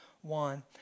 one